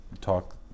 talk